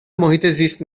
محیطزیست